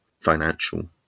financial